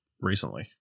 recently